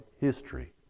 history